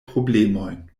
problemojn